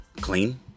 clean